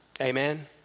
Amen